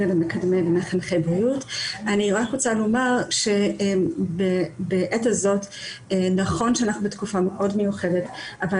אני רוצה לומר שבעת הזאת נכון שאנחנו בתקופה מאוד מיוחדת אבל